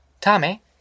Tommy